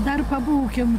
dar pabūkim